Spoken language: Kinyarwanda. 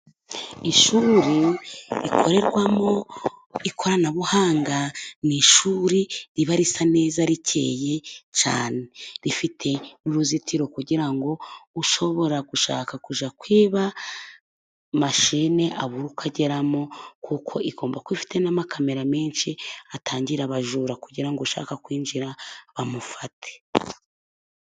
Ishuri rikorerwamo ikoranabuhanga, ni ishuri riba risa neza rikeye cyane, rifite n'uruzitiro kugira ngo ushobora gushaka kujya kwiba mashine abure uko ageramo, kuko igomba kuba ifite n'amakamera menshi atangira abajura, kugira ngo ushaka kwinjira bamufate.